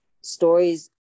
stories